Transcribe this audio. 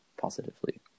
positively